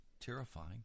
terrifying